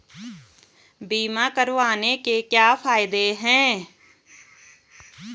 बीमा करवाने के क्या फायदे हैं?